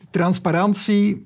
transparantie